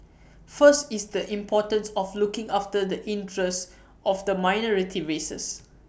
first is the importance of looking after the interest of the minority races